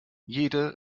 jede